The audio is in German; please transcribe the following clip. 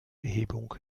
erhebung